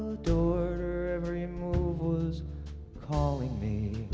adored, her every move was calling me